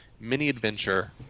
mini-adventure